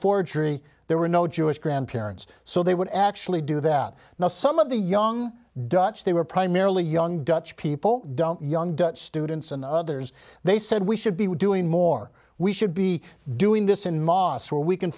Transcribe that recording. forgery there were no jewish grandparents so they would actually do that now some of the young dutch they were primarily young dutch people don't young dutch students and others they said we should be doing more we should be doing this in mosques where we can